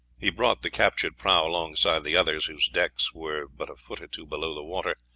he brought the captured prahu alongside the others, whose decks were but a foot or two below the water,